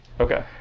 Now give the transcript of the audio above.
Okay